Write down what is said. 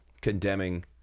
condemning